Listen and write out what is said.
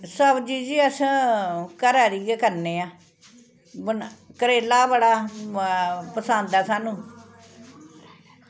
सब्जी जी अस घरै दी गै खन्ने आं बना करेला बड़ा पसंद ऐ सानूं